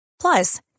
Plus